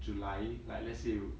july like let's say you